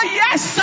yes